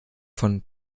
von